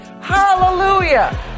hallelujah